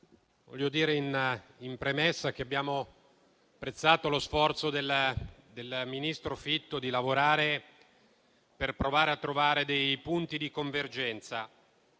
vorrei dire in premessa che abbiamo apprezzato lo sforzo del ministro Fitto di lavorare per provare a trovare dei punti di convergenza.